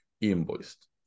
invoiced